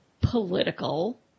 political